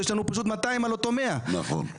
יש לנו פשוט 200 על אותו 100. נכון.